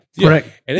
Correct